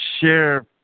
share